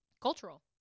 cultural